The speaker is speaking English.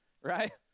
right